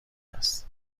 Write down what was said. است